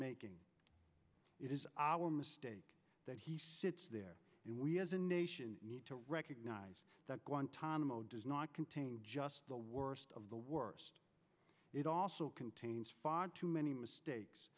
making it is our mistake that he sits there and we as a nation need to recognize that guantanamo does not contain just the worst of the worst it also contains far too many mistakes